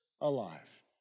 alive